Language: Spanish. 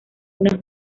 una